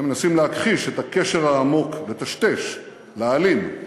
מנסים להכחיש את הקשר העמוק, לטשטש, להעלים,